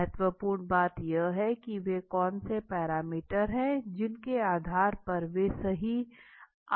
महत्वपूर्ण बात यह है कि वे कौन से पैरामीटर हैं जिनके आधार पर वे सही आधार तय करते हैं